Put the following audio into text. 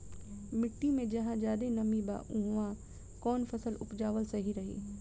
मिट्टी मे जहा जादे नमी बा उहवा कौन फसल उपजावल सही रही?